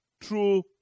true